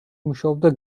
მუშაობდა